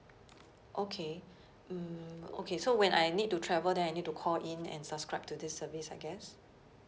okay mm okay so when I need to travel then I need to call in and subscribe to this service I guess